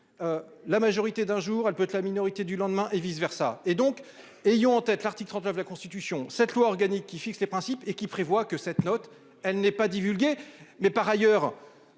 La majorité d'un jour elle peut te la minorité du lendemain et vice-versa et donc ayons en tête l'article 39 de la Constitution cette loi organique qui fixe les principes et qui prévoit que cette note. Elle n'est pas divulgué. Mais par ailleurs.